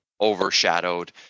overshadowed